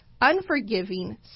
unforgiving